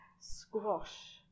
squash